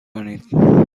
کنید